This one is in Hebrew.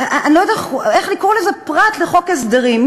אני לא יודעת איך לקרוא לזה פרט לחוק הסדרים,